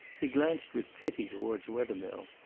he glanced with pity towards wethermill.